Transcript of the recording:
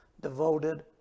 devoted